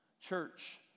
Church